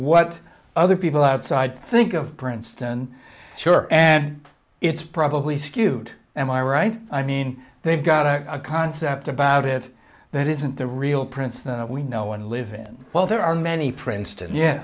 what other people outside think of princeton sure and it's probably skewed am i right i mean they've got a concept about it that isn't the real prince that we know one live in well there are many princeton yeah